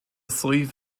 sleeve